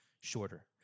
shorter